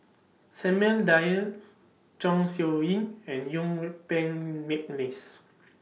Samuel Dyer Chong Siew Ying and Yuen Peng Mcneice